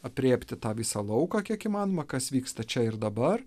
aprėpti tą visą lauką kiek įmanoma kas vyksta čia ir dabar